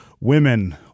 women